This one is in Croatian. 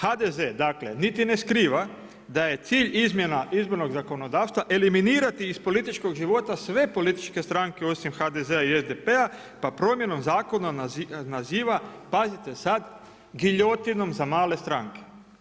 HDZ, dakle, niti ne skriva, da je cilj izmjena izbornog zakonodavstva, eliminirati iz političkog života sve političke stranke osim HDZ-a i SDP-a, pa promjenom zakonom naziva, giljotinom za male stranke.